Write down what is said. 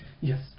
Yes